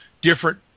different